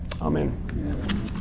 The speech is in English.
amen